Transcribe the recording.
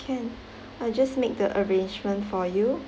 can I just make the arrangement for you